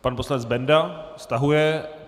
Pan poslanec Benda stahuje.